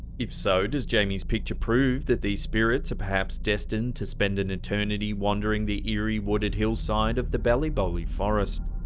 if so, does jamie's picture prove that these spirits are perhaps destined to spend an eternity wandering the eerie wooded hillside of the ballyboley forest?